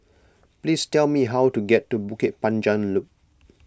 please tell me how to get to Bukit Panjang Loop